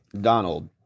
Donald